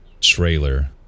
trailer